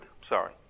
sorry